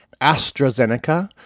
AstraZeneca